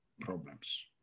problems